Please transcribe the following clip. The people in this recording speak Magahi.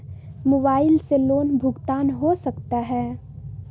मोबाइल से लोन भुगतान हो सकता है?